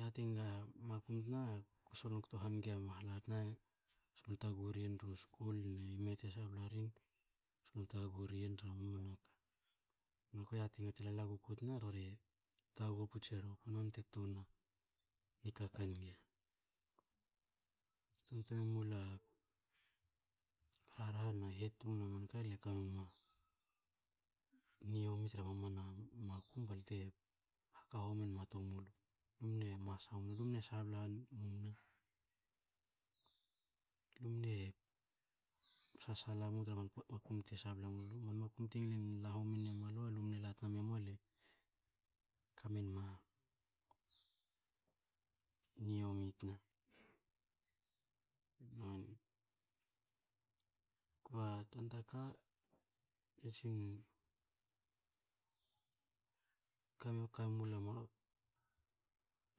Yate nga mankum tna ko solon kto hange mahla tna solon taghu ri yen tru skul ne me te sabla rin ku taghu riyen tra mamana ka. Na kue yati ngi te lala guaku tna rore taghu puts e ruku, nonte tuna nikaka nge. Tun tre nmu lu a rarha na hetung na manka le kamenma niomi tra mamana makum balte haka homi nma to mulu, lu mne masa mu le mne sabla hange mumna. Lu mne sasala mu tra man pota makum te sabla mulu man makum te ngil la homin nue malu lu mne la tua memu le kamenma niomi tna, noni. Kba tanta ka, le tsin ka- ka me mlo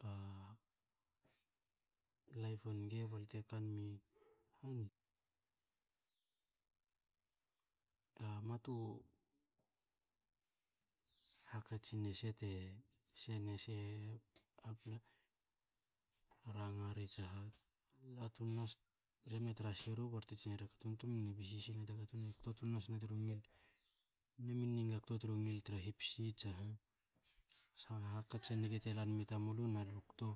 a laip a nge, balte kanmi han a matu hakatsin ese te se ne se hapla ranga ri tsa ha, latun na re me tra siru barte tsinera katun tum mne bisi sil na ta katun, e kto tun nasna tru ngil. Mne minin na kto tru ngil tra hipsi tsa ha sha hakats a nge te lanmi tamulu na lu kto